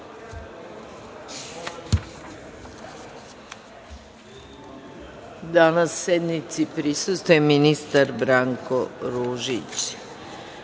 sednici prisustvuje ministar Branko Ružić